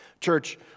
Church